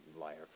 liar